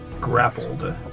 grappled